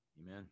Amen